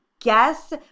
guess